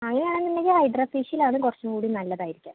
അങ്ങനെയാണെന്നുണ്ടെങ്കിൽ hydra facial ആണ് കുറച്ചും കൂടി നല്ലതായിരിക്കുക